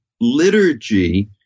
liturgy